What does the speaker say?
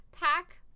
Pack